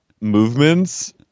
movements